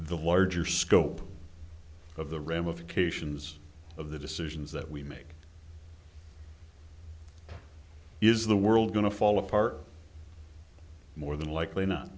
the larger scope of the ramifications of the decisions that we make is the world going to fall apart more than likely not